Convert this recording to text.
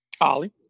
Ollie